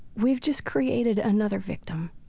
we've just created another victim